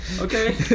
Okay